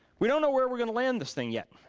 we don't know where we're gonna land this thing yet.